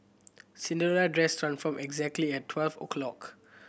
Cinderella dress transformed exactly at twelve o'clock